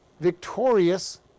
victorious